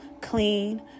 clean